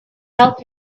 help